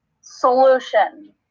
Solution